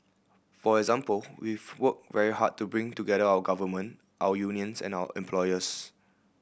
for example we've worked very hard to bring together our government our unions and our employers